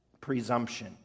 Presumption